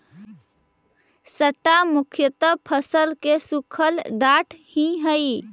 straw मुख्यतः फसल के सूखल डांठ ही हई